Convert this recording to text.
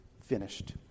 finished